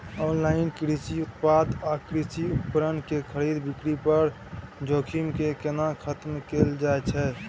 Online कृषि उत्पाद आ कृषि उपकरण के खरीद बिक्री पर जोखिम के केना खतम कैल जाए छै?